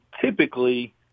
typically